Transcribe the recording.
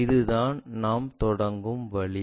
இதுதான் நாம் தொடங்கும் வழி